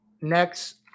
next